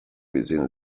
within